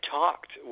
talked